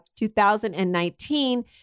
2019